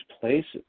places